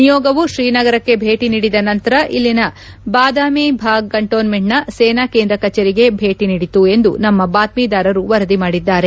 ನಿಯೋಗವು ತ್ರೀನಗರಕ್ಕೆ ಭೇಟಿ ನೀಡಿದ್ದೆ ನಂತರ ಇಲ್ಲಿನ ಬಾದಾಮಿ ಬಾಫ್ ಕಂಟೋನ್ಗೆಂಟ್ನ ಸೇನಾ ಕೇಂದ್ರ ಕಚೇರಿಗೆ ನಿಯೋಗ ಭೇಟ ನೀಡಿತು ಎಂದು ನಮ್ನ ಬಾತ್ಸೀದಾರರು ವರದಿ ಮಾಡಿದ್ಗಾರೆ